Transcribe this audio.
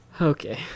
Okay